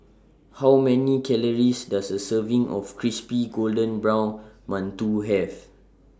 How Many Calories Does A Serving of Crispy Golden Brown mantou Have